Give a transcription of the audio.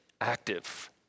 active